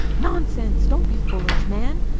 nonsense! don't be foolish, man.